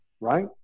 right